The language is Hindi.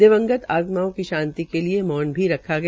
दिवंगत आत्माओं की शांति के लिए मौन भी रखा गया